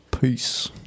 peace